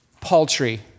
paltry